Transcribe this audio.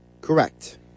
Correct